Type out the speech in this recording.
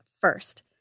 first